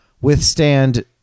withstand